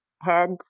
heads